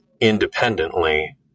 independently